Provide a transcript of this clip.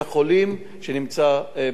שנמצא במרכז הארץ.